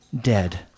dead